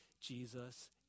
Jesus